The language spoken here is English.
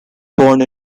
born